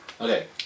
Okay